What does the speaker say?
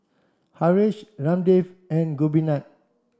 Haresh Ramdev and Gopinath